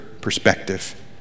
perspective